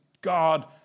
God